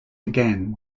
again